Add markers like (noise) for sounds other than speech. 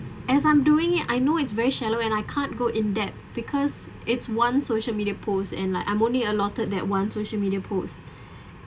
as I'm doing it I know it's very shallow and I can't go in depth because it's one social media post and like I'm only allotted that one social media post (breath)